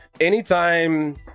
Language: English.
Anytime